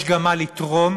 יש גם מה לתרום.